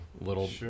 little